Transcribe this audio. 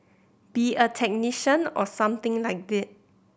be a technician or something like they